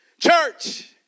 Church